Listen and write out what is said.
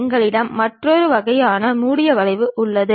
எங்களிடம் மற்றொரு வகையான மூடிய வளைவும் உள்ளது